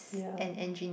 ya